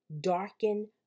darken